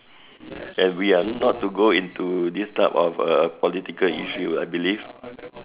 and we are not to go into this type of uh political issue I believe